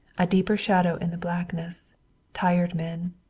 a deeper shadow in the blackness tired men,